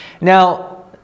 Now